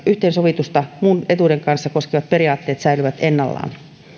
yhteensovitusta muun etuuden kanssa koskevat periaatteet säilyvät ennallaan